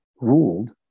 ruled